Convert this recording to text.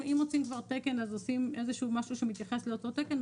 אם מוציאים כבר תקן אז עושים איזשהו משהו שמתייחס לאותו תקן,